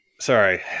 Sorry